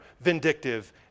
vindictive